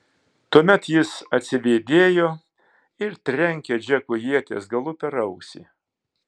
tuomet jis atsivėdėjo ir trenkė džekui ieties galu per ausį